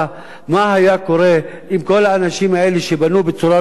מה היה קורה אם כל האנשים האלה שבנו בצורה לא חוקית,